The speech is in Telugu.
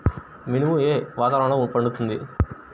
మినుము ఏ వాతావరణంలో పండుతుంది?